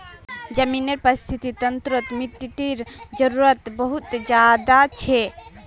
ज़मीनेर परिस्थ्तिर तंत्रोत मिटटीर जरूरत बहुत ज़्यादा छे